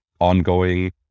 ongoing